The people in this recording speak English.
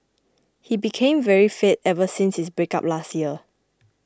he became very fit ever since his breakup last year